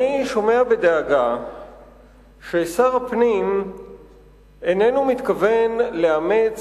אני שומע בדאגה ששר הפנים איננו מתכוון לאמץ